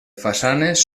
façanes